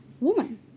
woman